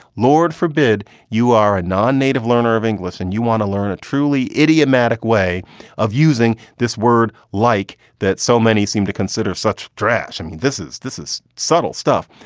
lord forbid you are a non-native learner of english and you want to learn a truly idiomatic way of using this word like that. so many seem to consider such drash. i mean, this is this is subtle stuff.